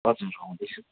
हजुर आउँदै छु